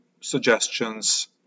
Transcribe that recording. suggestions